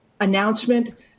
announcement